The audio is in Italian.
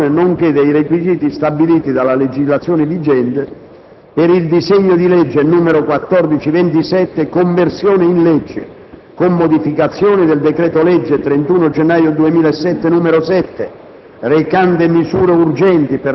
secondo comma, della Costituzione, nonché dei requisiti stabiliti dalla legislazione vigente, per il disegno di legge n. 1427: «Conversione in legge, con modificazioni, del decreto-legge 31 gennaio 2007, n. 7,